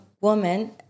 woman